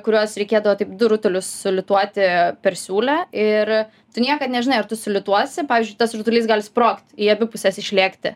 kuriuos reikėdavo taip du rutulius sulituoti per siūlę ir tu niekad nežinai ar tu sulituosi pavyzdžiui tas rutulys gali sprogti į abi puses išlėkti